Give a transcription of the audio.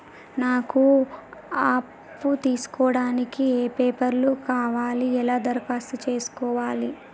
నాకు అప్పు తీసుకోవడానికి ఏ పేపర్లు కావాలి ఎలా దరఖాస్తు చేసుకోవాలి?